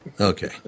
Okay